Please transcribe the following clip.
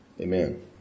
Amen